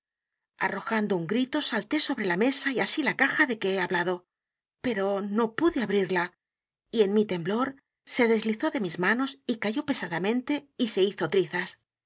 arrojando un grito salté sobre la mesa y así la caja de que he hablado p e r o no pude abrirla y en mi temblor se deslizó de mis manos y cayó pesadamente y se hizo